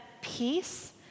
peace